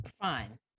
fine